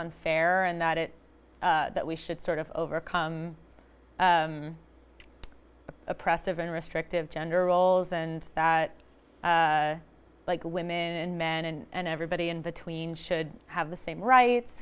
unfair and that it that we should sort of overcome oppressive and restrictive gender roles and that like women and men and everybody in between should have the same rights